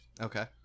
Okay